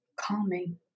Calming